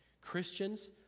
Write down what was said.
Christians